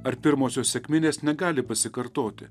ar pirmosios sekminės negali pasikartoti